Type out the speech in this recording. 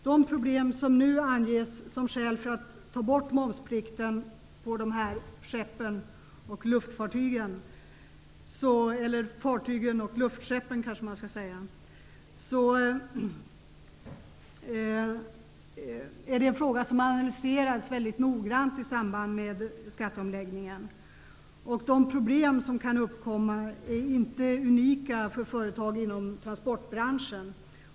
De problem som nu anges som skäl för att ta bort momsplikten på fartyg och luftskepp är en fråga som analyserats väldigt noga i samband med skatteomläggningen. De problem som kan uppkomma är inte unika för företag inom transportbranschen.